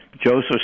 Joseph